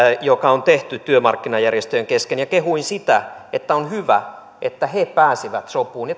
joka on tehty työmarkkinajärjestöjen kesken ja kehuin sitä että on hyvä että he pääsivät sopuun ja